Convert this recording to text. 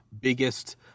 biggest –